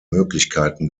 möglichkeiten